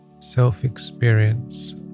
self-experience